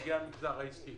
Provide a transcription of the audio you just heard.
נציגי המגזר העסקי